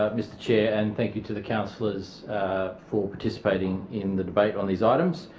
ah mr chair, and thank you to the councillors for participating in the debate on these items.